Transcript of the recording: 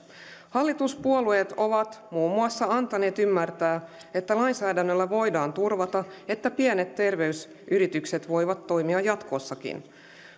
hallituspuolueet ovat muun muassa antaneet ymmärtää että lainsäädännöllä voidaan turvata että pienet terveysyritykset voivat toimia jatkossakin